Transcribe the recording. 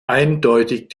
eindeutig